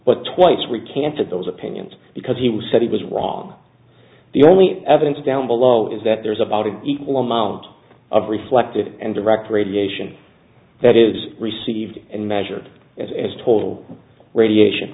but twice recanted those opinions because he said he was wrong the only evidence down below is that there's about an equal amount of reflected and direct radiation that is received and measured as total radiation